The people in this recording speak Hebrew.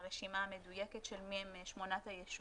הרשימה המדויקת של מי הם שמונת היישובים.